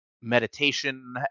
meditation